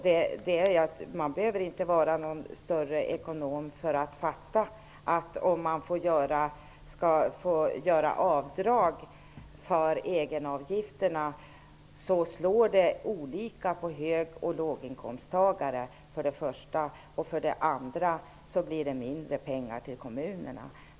Jag behöver inte vara någon större ekonom för att förstå att det slår olika för hög och låginkomsttagare om man skall få göra avdrag för egenavgifterna. Dessutom blir det mindre pengar till kommunerna.